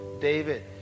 David